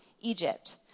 Egypt